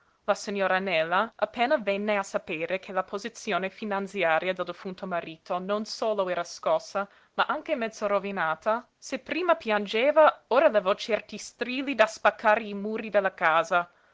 la signora nela appena venne a sapere che la posizione finanziaria del defunto marito non solo era scossa ma anche mezzo rovinata se prima piangeva ora levò certi strilli da spaccare i muri della casa